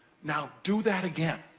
now do that again.